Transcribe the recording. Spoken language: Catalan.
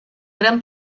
gran